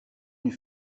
une